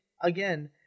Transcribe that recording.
again